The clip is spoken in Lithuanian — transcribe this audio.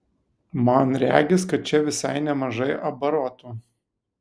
man regis kad čia visai nemažai abarotų